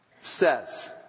says